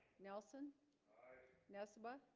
nelson nessebar